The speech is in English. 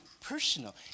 personal